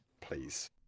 Please